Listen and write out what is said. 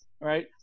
Right